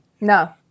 No